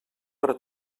per